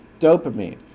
Dopamine